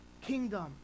kingdom